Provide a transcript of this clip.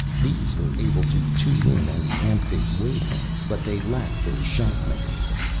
these were able to tune in on the amphibs' wavelengths, but they lacked their shock mechanism.